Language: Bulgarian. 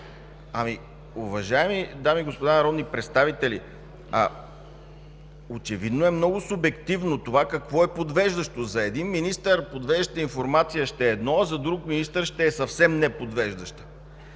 Уважаеми дами и господа народни представители, очевидно е много субективно какво е подвеждащо. За един министър подвеждаща информация ще е едно, а за друг министър ще е съвсем неподвеждаща!